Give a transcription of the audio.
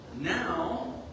Now